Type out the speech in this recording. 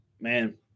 Man